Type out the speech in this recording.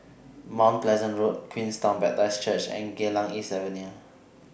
Mount Pleasant Road Queenstown Baptist Church and Geylang East Avenue